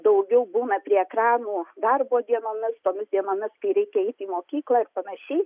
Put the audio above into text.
daugiau būna prie ekranų darbo dienomis tomis dienomis kai reikia eiti į mokyklą ir panašiai